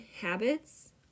habits